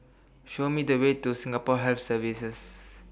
Show Me The Way to Singapore Health Services